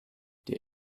der